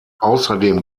außerdem